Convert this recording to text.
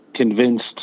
convinced